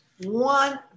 one